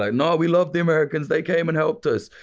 ah no, we love the americans, they came and helped us.